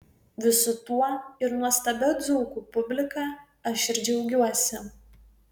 visu tuo ir nuostabia dzūkų publika aš ir džiaugiuosi